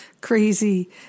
crazy